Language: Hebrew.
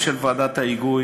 גם של ועדת ההיגוי